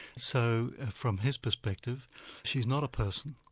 so from his perspective she is not a person,